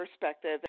perspective